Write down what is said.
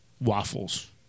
Waffles